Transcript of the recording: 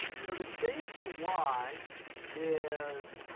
so the change in y is